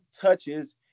touches